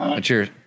Cheers